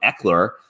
Eckler